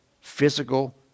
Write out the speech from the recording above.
physical